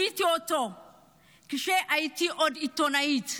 הגיתי אותו כשהייתי עוד עיתונאית.